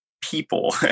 people